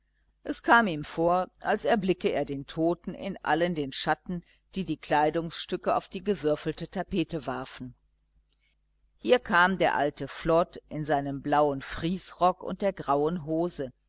es kam ihm vor als erblicke er den toten in allen den schatten die die kleidungsstücke auf die gewürfelte tapete warfen hier kam der alte flod in seinem blauen friesrock und der grauen hose